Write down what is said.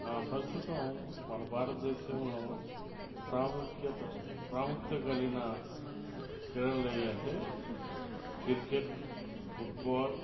ప్రస్తుతం మన భారతదేశంలో ప్రాముఖ్యత ప్రాముఖ్యత కలిగిన క్రీడలు ఏవి అంటే క్రికెట్ ఫుట్బాల్